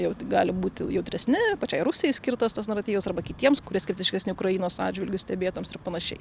jau tai gali būti jautresni pačiai rusijai skirtas tas naratyvas arba kitiems kurie skeptiškesni ukrainos atžvilgiu stebėtojams ir panašiai